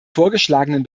vorgeschlagenen